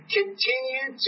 continue